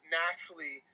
naturally